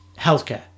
healthcare